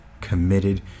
committed